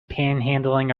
panhandling